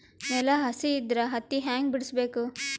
ನೆಲ ಹಸಿ ಇದ್ರ ಹತ್ತಿ ಹ್ಯಾಂಗ ಬಿಡಿಸಬೇಕು?